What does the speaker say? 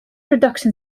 production